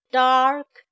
dark